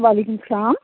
وعلیکُم سلام